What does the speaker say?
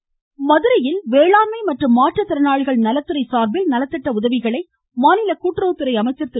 ராஜு மதுரையில் வேளாண்மை மற்றும் மாற்றுத்திறனாளிகள் நலத்துறை சார்பில் நலத்திட்ட உதவிகளை மாநில கூட்டுறவுத்துறை அமைச்சர் திரு